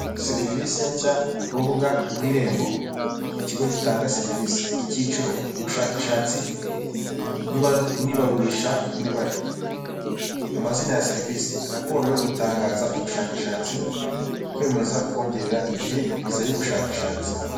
Serivise nshya ku rubuga rw'irembo, ikigo gitanga serivise, icyiciro, ubushakashatsi n'ibarurishamibare, amazina ya serivise, raporo yo gutangaza ubushakashatsi, kwemeza kongerera igihe viza y'ubushakashatsi.